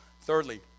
Thirdly